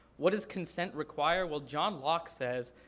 what does consent require? well john locke says,